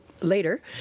later